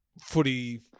footy